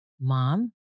mom